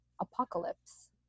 apocalypse